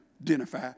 identify